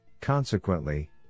Consequently